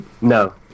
No